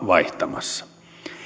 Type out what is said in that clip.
vaihtamassa